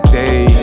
day